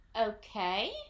Okay